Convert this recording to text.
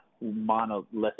monolithic